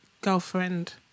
girlfriend